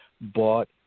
bought